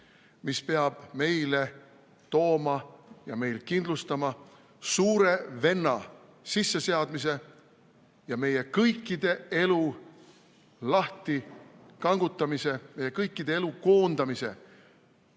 mis peab meile tooma ja meile kindlustama suure venna sisseseadmise ja meie kõikide elu lahtikangutamise, meie kõikide elu koondamise